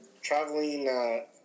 traveling